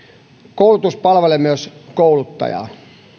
koulutus palvelee myös kouluttajaa